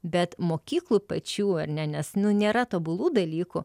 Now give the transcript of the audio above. bet mokyklų pačių ar ne nes nėra tobulų dalykų